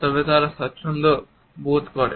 তবে তারা স্বাচ্ছন্দ্য বোধ করেন